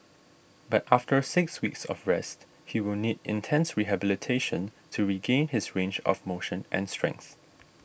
but after six weeks of rest he will need intense rehabilitation to regain his range of motion and strength